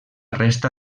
resta